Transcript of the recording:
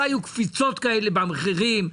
לא היו קפיצות כאלה במחירים,